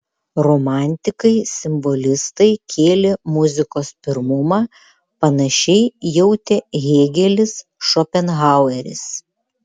romantikai simbolistai kėlė muzikos pirmumą panašiai jautė hėgelis šopenhaueris